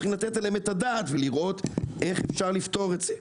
לתת עליהם את הדעת ולראות איך אפשר לפתור את זה.